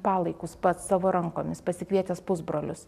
palaikus pats savo rankomis pasikvietęs pusbrolius